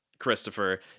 Christopher